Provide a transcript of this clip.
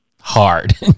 hard